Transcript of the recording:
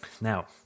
Now